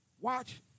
watch